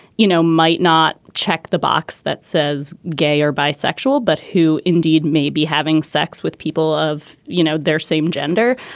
you know, might not check the box that says gay or bisexual, but who indeed may be having sex with people of, you know, their same gender,